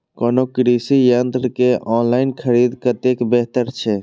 कोनो कृषि यंत्र के ऑनलाइन खरीद कतेक बेहतर छै?